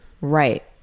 Right